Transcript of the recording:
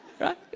Right